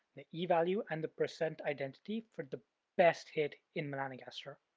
the e-value, and the percent identity for the best hit in melanogaster.